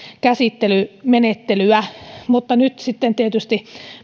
käsittelymenettelyä nyt sitten tietysti